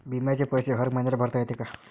बिम्याचे पैसे हर मईन्याले भरता येते का?